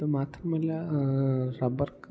അതു മാത്രമല്ല റബ്ബറിന്